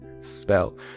spell